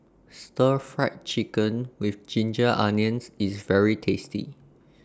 Stir Fried Chicken with Ginger Onions IS very tasty